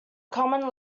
common